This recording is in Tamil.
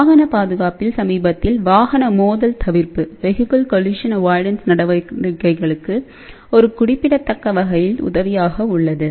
வாகன பாதுகாப்பில் சமீபத்தில் வாகன மோதல் தவிர்ப்பு நடவடிக்கைகளுக்கு ஒரு குறிப்பிடத்தக்க வகையில் உதவியாக உள்ளது